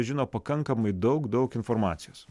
žino pakankamai daug daug informacijos